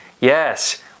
Yes